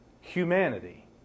humanity